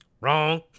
Wrong